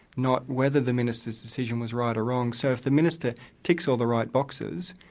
not whether the minister's decision was right or wrong. so if the minister ticks all the right boxes,